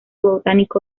botánico